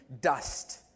dust